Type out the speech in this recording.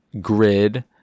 grid